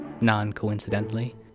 non-coincidentally